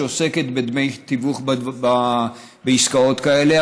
שעוסקת בדמי תיווך בעסקאות כאלה.